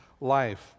life